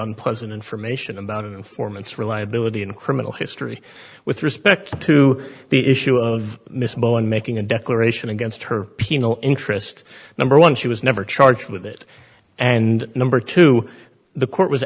unpleasant information about informants reliability in criminal history with respect to the issue of mr bowen making a declaration against her penal interest number one she was never charged with it and number two the court was